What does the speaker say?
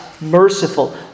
merciful